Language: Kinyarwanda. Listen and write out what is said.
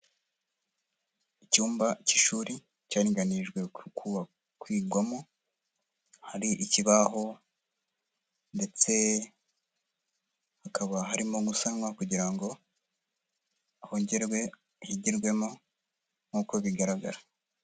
Icyumba cy'ishuri cyaringanijwe ku kuba kwigwamo, hari ikibaho ndetse hakaba harimo gusanwa kugirango hongerwe higerwemo nk'uko bigaragara.